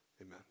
amen